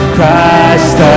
Christ